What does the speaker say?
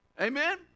amen